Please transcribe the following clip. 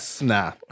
nah